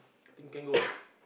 think can go ah